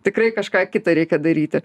tikrai kažką kitą reikia daryti